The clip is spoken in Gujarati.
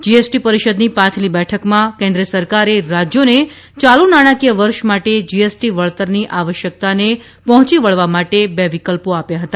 જીએસટી પરિષદની પાછલી બેઠકમાં કેન્દ્ર સરકારે રાજ્યોને ચાલુ નાણાંકીય વર્ષ માટે જીએસટી વળતરની આવશ્યકતાને પહોંચી વળવા માટે બે વિકલ્પો આપ્યા હતા